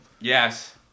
Yes